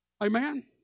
Amen